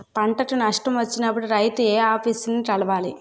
పంటకు నష్టం వచ్చినప్పుడు రైతు ఏ ఆఫీసర్ ని కలవాలి?